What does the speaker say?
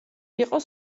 იყო